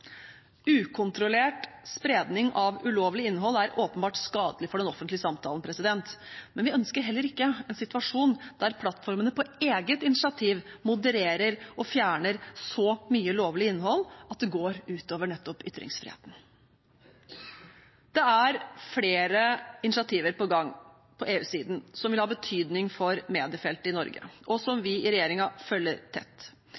Ukontrollert spredning av ulovlig innhold er åpenbart skadelig for den offentlige samtalen, men vi ønsker heller ikke en situasjon der plattformene på eget initiativ modererer og fjerner så mye lovlig innhold at det går ut over nettopp ytringsfriheten. Det er flere initiativer på gang på EU-siden som vil ha betydning for mediefeltet i Norge, og som vi i regjeringen følger tett.